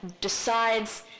decides